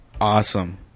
awesome